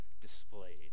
displayed